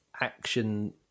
action